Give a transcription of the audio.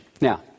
Now